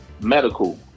medical